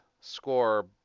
score